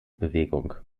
bewegung